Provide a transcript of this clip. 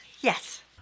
Yes